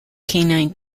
canine